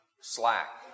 slack